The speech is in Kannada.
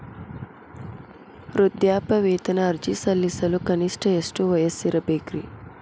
ವೃದ್ಧಾಪ್ಯವೇತನ ಅರ್ಜಿ ಸಲ್ಲಿಸಲು ಕನಿಷ್ಟ ಎಷ್ಟು ವಯಸ್ಸಿರಬೇಕ್ರಿ?